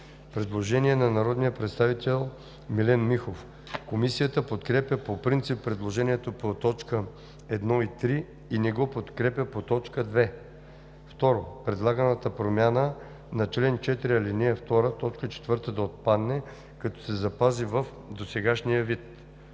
представител Милен Михов. Комисията подкрепя по принцип предложението по т. 1 и 3 и не го подкрепя по т. 2: „2. Предлаганата промяна на чл. 4, ал. 2, т. 4 да отпадне, като се запази в досегашния вид.“